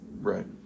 Right